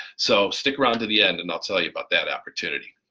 so stick around to the end and i'll tell you about that opportunity.